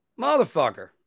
Motherfucker